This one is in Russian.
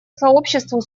сообществу